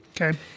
Okay